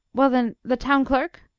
well, then, the town clerk.